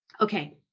okay